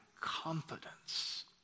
confidence